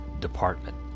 department